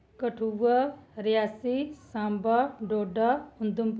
Kathua Reasi Samba Doda Udhampur